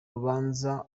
rubanza